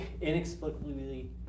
inexplicably